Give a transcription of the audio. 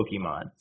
Pokemon